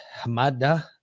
Hamada